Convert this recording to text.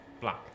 Black